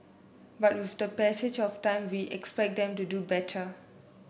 but with the passage of time we expect them to do better